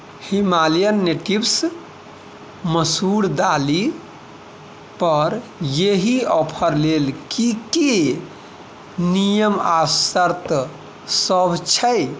Himalayan natives मसूर दालि पर एहि ऑफर लेल की की नियम आ शर्तसभ छै